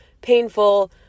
painful